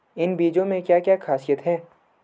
इन बीज में क्या क्या ख़ासियत है?